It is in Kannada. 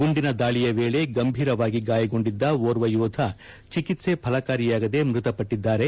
ಗುಂಡಿನ ದಾಳಿಯ ವೇಳೆ ಗಂಭೀರವಾಗಿ ಗಾಯಗೊಂಡಿದ್ದ ಓರ್ವ ಯೋಧ ಚಿಕಿತ್ಸೆ ಫಲಕಾರಿಯಾಗದೆ ಮೃತಪಟ್ಟದ್ದಾರೆ